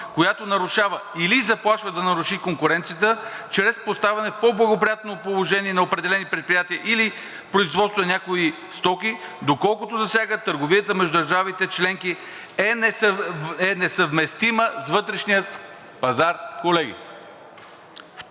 която нарушава или заплашва да наруши конкуренцията чрез поставяне в по благоприятно положение на определени предприятия или производство на някои стоки, доколкото засяга търговията между държавите членки, е несъвместима с вътрешния пазар, колеги.